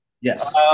Yes